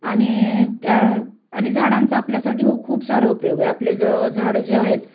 आणि त्या आणि झाडांचा आपल्यासाठी खूप सारा उपयोग आहे आपले जर झाडं जे आहेत